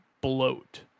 bloat